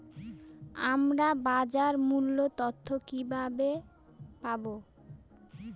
আমরা বাজার মূল্য তথ্য কিবাবে পাবো?